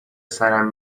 سرم